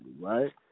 right